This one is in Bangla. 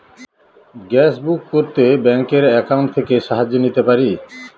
গ্যাসবুক করতে ব্যাংকের অ্যাকাউন্ট থেকে সাহায্য নিতে পারি?